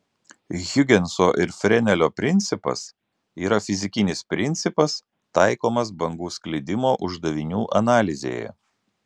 hiugenso ir frenelio principas yra fizikinis principas taikomas bangų sklidimo uždavinių analizėje